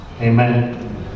Amen